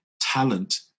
talent